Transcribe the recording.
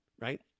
right